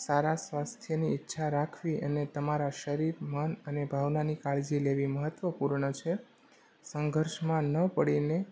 સારા સ્વાસ્થ્યની ઈચ્છા રાખવી અને તમારા શરીર મન અને ભાવનાની કાળજી લેવી મહત્ત્વપૂર્ણ છે સંઘર્ષમાં ન પડીને